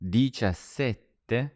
diciassette